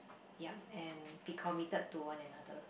yeap and be committed to one another